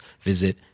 visit